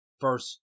first